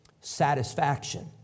satisfaction